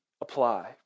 apply